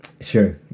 sure